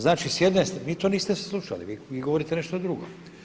Znači s jedne, vi to niste slušali, vi govorite nešto drugo.